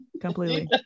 completely